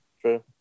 True